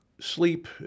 sleep